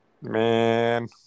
Man